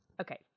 Okay